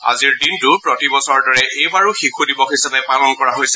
আজিৰ দিনটো প্ৰতি বছৰৰ দৰে এইবাৰো শিশু দিৱস হিচাপে পালন কৰা হৈছে